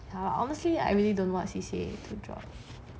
好 honestly I really don't know what C_C_A to drop